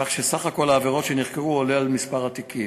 כך שסך כל העבירות שנחקרו גדול ממספר התיקים.